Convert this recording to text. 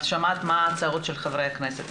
את שמעת את הצעות חברי הכנסת.